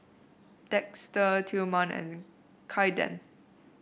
Dexter Tilman and Caiden